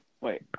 Wait